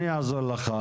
אני אעזור לך,